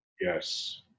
Yes